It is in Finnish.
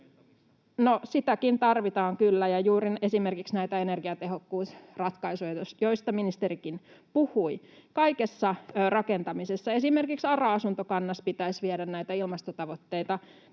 sitäkin tarvitaan kyllä ja juuri esimerkiksi näitä energiatehokkuusratkaisuja, joista ministerikin puhui. Kaikessa rakentamisessa, esimerkiksi ARA-asuntokannassa, pitäisi viedä näitä ilmastotavoitteita